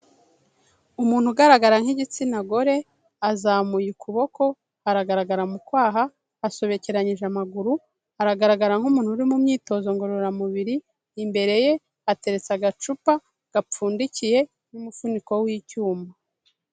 Umuntu ugaragara nk'igitsina gore, azamuye ukuboko aragaragara mu kwaha, asobekeranyije amaguru, aragaragara nk'umuntu uri mu myitozo ngororamubiri, imbere ye ateretse agacupa gapfundikiye n'umufuniko w'icyuma.